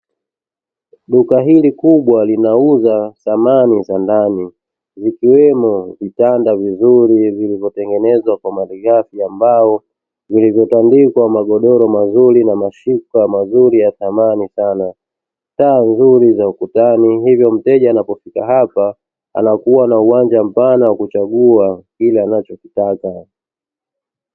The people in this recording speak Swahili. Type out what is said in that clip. Duka hili kubwa, linauza samani za ndani zikiwemo vitanda vizuri vilivyotengenezwa kwa malighafi ya mbao vilivyotandikwa magodoro mazuri na mashuka mazuri ya thamani sana, taa nzuri za ukutani hivyo mteja anapofika hapa anakuwa na uwanja mpana wa kuchagua kile anachokitaka.